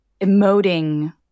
emoting